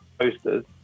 posters